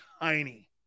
tiny